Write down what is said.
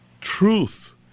truth